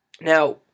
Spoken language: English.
Now